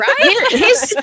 right